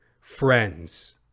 friends